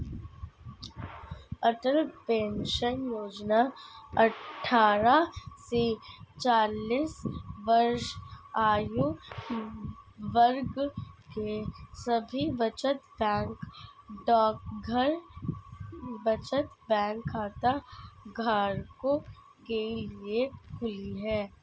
अटल pension Yojana अट्ठारह से चालीस वर्ष आयु वर्ग के सभी बचत बैंक डाकघर बचत बैंक खाताधारकों के लिए खुली है